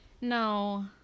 No